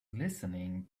listening